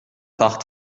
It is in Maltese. taħt